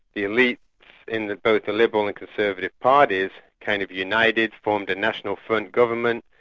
the elites in both the liberal and conservative parties kind of united, formed a national front government,